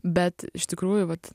bet iš tikrųjų vat